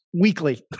weekly